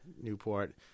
Newport